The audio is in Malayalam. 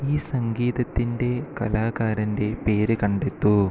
ഈ സംഗീതത്തിൻ്റെ കലാകാരൻ്റെ പേര് കണ്ടെത്തൂ